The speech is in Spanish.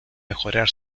mejorar